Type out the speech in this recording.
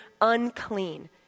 unclean